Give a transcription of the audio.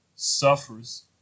suffers